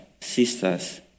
sisters